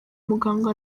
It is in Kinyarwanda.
muganga